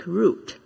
root